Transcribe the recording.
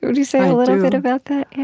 would you say a little bit about that?